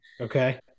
Okay